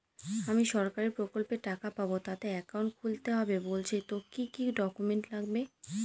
আমি সরকারি প্রকল্পের টাকা পাবো তাতে একাউন্ট খুলতে হবে বলছে তো কি কী ডকুমেন্ট লাগবে?